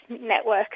network